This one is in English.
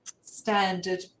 standard